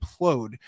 implode